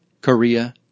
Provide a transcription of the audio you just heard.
Korea